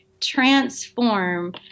transform